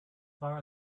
far